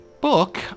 book